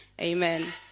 Amen